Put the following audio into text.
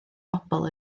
bobl